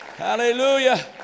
Hallelujah